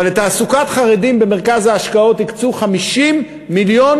אבל במרכז ההשקעות הקצו לתעסוקת חרדים 50 מיליון